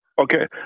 Okay